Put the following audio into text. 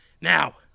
now